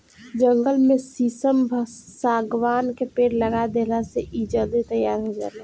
जंगल में शीशम, शागवान के पेड़ लगा देहला से इ जल्दी तईयार हो जाता